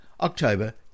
October